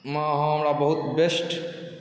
मे अहाँ हमरा बहुत बेस्ट